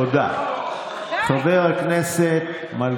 חבר הכנסת יברקן, תודה.